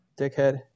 dickhead